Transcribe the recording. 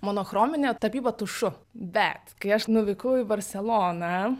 monochrominė tapyba tušu bet kai aš nuvykau į barseloną